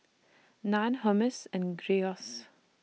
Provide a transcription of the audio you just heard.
Naan Hummus and Gyros